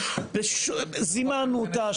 זימנו אותה,